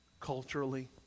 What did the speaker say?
culturally